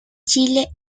chile